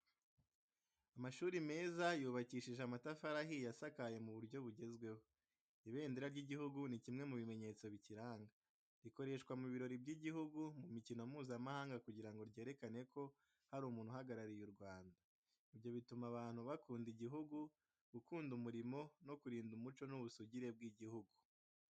Amashuri meza yubakishije amatafari ahiye asakaye mu buryo bugezweho. Ibendera ry'igihugu ni kimwe mu bimenyetso bikiranga. Rikoreshwa mu birori by’igihugu, mu mikino mpuzamahanga kugira ngo ryerekane ko hari umuntu uhagarariye u Rwanda. Ibyo bituma abantu bakunda igihugu, gukunda umurimo no kurinda umuco n’ubusugire bw’igihugu.